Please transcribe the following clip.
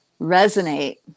resonate